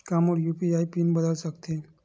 का मोर UPI pin बदल सकथे?